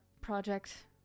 project